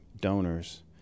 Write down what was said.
donors